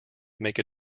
make